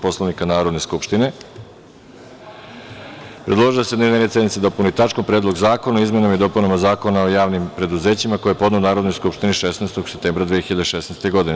Poslovnika Narodne skupštine, predložio je da se dnevni red sednice dopuni tačkom – Predlog zakona o izmenama i dopunama Zakona o javnim preduzećima, koji je podneo Narodnoj skupštini 16. septembra 2016. godine.